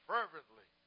Fervently